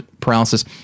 paralysis